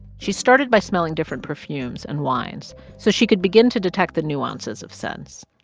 she started by smelling different perfumes and wines so she could begin to detect the nuances of scents.